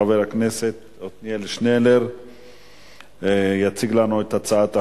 חבר הכנסת עתניאל שנלר יציג לנו את הצעת החוק.